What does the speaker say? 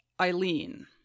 Eileen